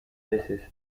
veces